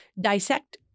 dissect